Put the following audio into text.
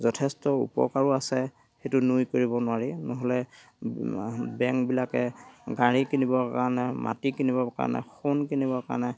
যথেষ্ট উপকাৰো আছে সেইটো নুই কৰিব নোৱাৰি নহ'লে বেংকবিলাকে গাড়ী কিনিবৰ কাৰণে মাটি কিনিবৰ কাৰণে সোণ কিনিবৰ কাৰণে